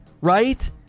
right